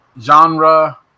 genre